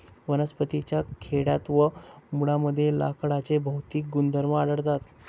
वनस्पतीं च्या खोडात व मुळांमध्ये लाकडाचे भौतिक गुणधर्म आढळतात